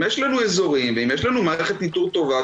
אם יש לנו אזורים ואם יש לנו מערכת ניטור טובה,